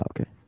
Okay